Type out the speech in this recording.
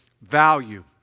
Value